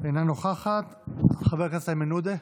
אינה נוכחת, חבר הכנסת איימן עודה,